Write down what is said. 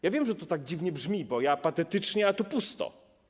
Ja wiem, że to tak dziwnie brzmi, bo ja patetycznie, a tu pusto.